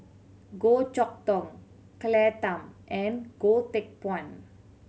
Goh Chok Tong Claire Tham and Goh Teck Phuan